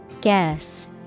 Guess